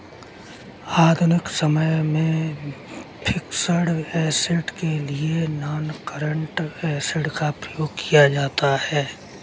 आधुनिक समय में फिक्स्ड ऐसेट के लिए नॉनकरेंट एसिड का प्रयोग किया जाता है